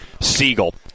Siegel